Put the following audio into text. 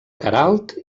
queralt